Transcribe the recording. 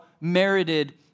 merited